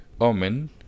omen